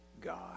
God